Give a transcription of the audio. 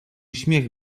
śmiech